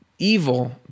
evil